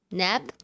nap